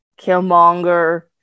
Killmonger